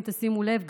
אם תשימו לב,